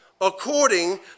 According